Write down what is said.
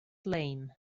lame